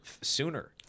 sooner